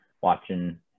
watching